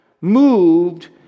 moved